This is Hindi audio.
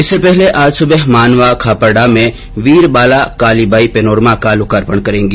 इससे पहले आज सुबह मानवा खापरडा में वीर बाला काली बाई पैनोरमा का लोकार्पण करेगी